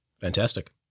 Fantastic